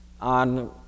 on